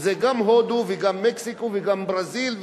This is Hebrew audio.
זה גם הודו וגם מקסיקו וגם ברזיל.